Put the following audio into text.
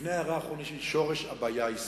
לפני הערה אחרונה, שורש הבעיה הישראלית.